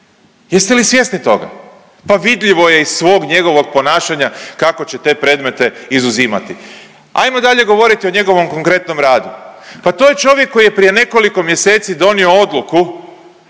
Jeste li svjesni toga? Pa vidljivo je iz svog njegovog ponašanja kako će te predmete izuzimati. Ajmo dalje govoriti o njegovom konkretnom radu. Pa to je čovjek koji je prije nekoliko mjeseci donio odluku